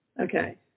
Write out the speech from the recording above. Okay